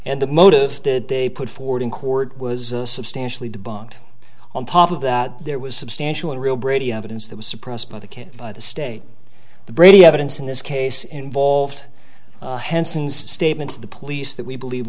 and the motive did they put forth in court was substantially debunked on top of that there was substantial and real brady evidence that was suppressed by the kid by the state the brady evidence in this case involved henson's statement to the police that we believe